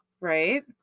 right